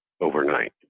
overnight